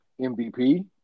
MVP